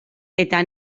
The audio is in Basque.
eta